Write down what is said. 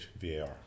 VAR